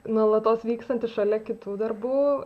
nuolatos vykstantis šalia kitų darbų